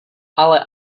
ale